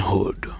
Hood